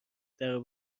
درو